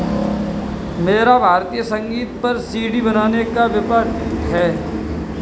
मेरा भारतीय संगीत पर सी.डी बनाने का व्यापार है